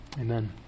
Amen